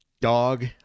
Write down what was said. Dog